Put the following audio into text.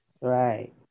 Right